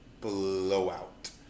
blowout